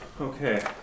Okay